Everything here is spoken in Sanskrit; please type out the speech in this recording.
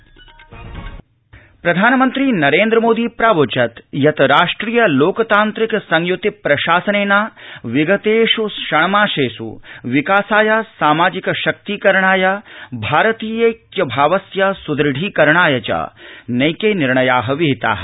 प्रधानमन्त्रीराष्टियलोकतान्त्रिकसंयतिः प्रधानमन्त्री नरेन्द्र मोदी प्रावोचत् यत् राष्ट्रिय लोकतान्त्रिक संय्ति प्रशासनेन विगतेष् षण्मासेष् विकासाय सामाजिक शक्ति करणाय भारतीयैक्यभावस्य स्ृृढीकरणाय च नैके निर्णयाः विहिताः